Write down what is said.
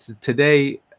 Today